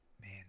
Man